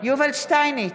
יובל שטייניץ,